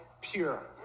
pure